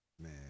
Man